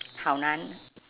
好男